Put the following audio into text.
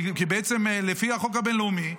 כי לפי החוק הבין-לאומי,